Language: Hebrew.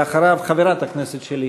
אחריו, חברת הכנסת שלי